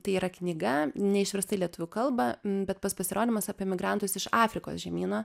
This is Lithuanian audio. tai yra knyga neišversta į lietuvių kalbą bet pas pasirodymas apie emigrantus iš afrikos žemyno